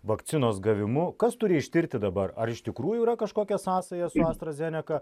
vakcinos gavimu kas turi ištirti dabar ar iš tikrųjų yra kažkokia sąsaja su astra zeneka